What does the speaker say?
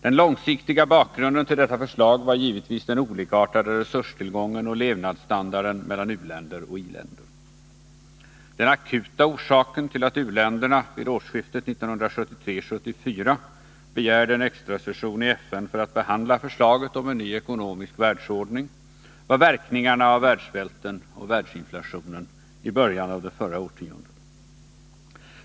Den långsiktiga bakgrunden till detta förslag var givetvis den olikartade resurstillgången och levnadsstandarden mellan u-länder och i-länder. Den akuta orsaken till att u-länderna vid årsskiftet 1973-1974 begärde en extra session i FN för att behandla förslaget om en ny ekonomisk världsordning var verkningarna av världssvälten och världsinflationen i början av förra årtiondet.